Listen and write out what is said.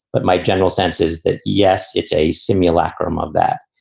but my general sense is that, yes, it's a simulacrum of that.